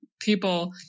people